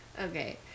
Okay